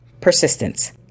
Persistence